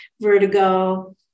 vertigo